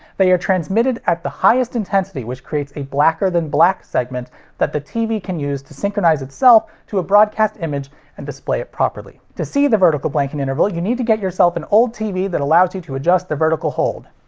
they are transmitted at the highest intensity which creates a blacker than black segment that the tv can use to synchronize itself to a broadcast image and display it properly. to see the vertical blanking interval, you need to get yourself an old tv that allows you to adjust the vertical hold.